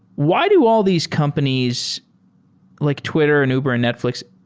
why do all these companies like twitter and uber and netfl ix,